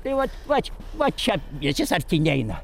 tai vat vat va čia nes jis arti neina